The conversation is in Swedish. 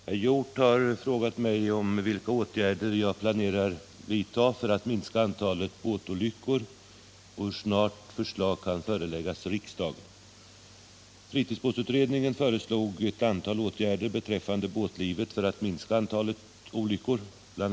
Herr talman! Nils Hjorth har frågat mig vilka åtgärder jag planerar vidtaga för att minska antalet båtolyckor och hur snart förslag kan föreläggas riksdagen. Fritidsbåtsutredningen föreslog ett antal åtgärder beträffande båtlivet för att minska antalet olyckor. Bl.